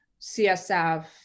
CSF